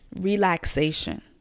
Relaxation